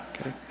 okay